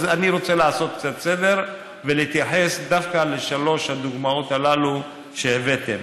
אז אני רוצה לעשות קצת סדר ולהתייחס דווקא לשלוש הדוגמאות הללו שהבאתם.